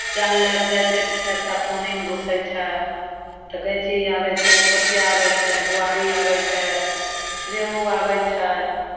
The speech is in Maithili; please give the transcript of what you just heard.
जाल लए कऽ जाय छै तऽ एते एते पानीमे घुसय छै तऽ गैञ्ची आबय छै पोठिया आबय छै बोआरी आबय छै रेहू आबय छै